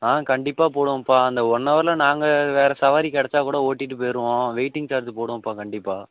ஆ கண்டிப்பாக போடுவோம்ப்பா அந்த ஒன் அவரில் நாங்கள் வேறு சவாரி கிடச்சா கூட ஓட்டிகிட்டு போயிருவோம் வெயிட்டிங் சார்ஜு போடுவோம்ப்பா கண்டிப்பாக